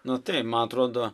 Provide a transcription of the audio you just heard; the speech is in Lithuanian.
nu taip man atrodo